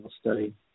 study